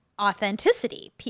authenticity